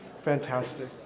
fantastic